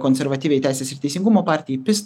konservatyviai teisės ir teisingumo partijai pis